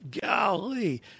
golly